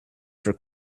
for